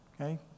okay